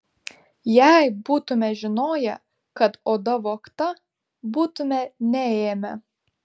jei būtume žinoję kad oda vogta būtume neėmę